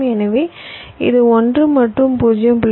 எனவே இது 1 மற்றும் 0